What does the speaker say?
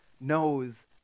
knows